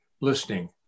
listening